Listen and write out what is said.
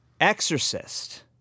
Exorcist